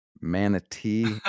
Manatee